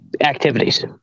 activities